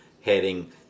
heading